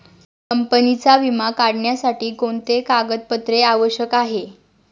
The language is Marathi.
कंपनीचा विमा काढण्यासाठी कोणते कागदपत्रे आवश्यक आहे?